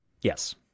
Yes